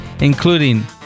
including